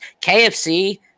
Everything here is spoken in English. KFC